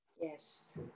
Yes